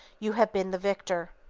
you have been the victor.